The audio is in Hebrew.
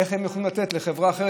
איך הם יכולים לתת לחברה אחרת?